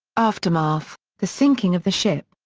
aftermath the sinking of the ship,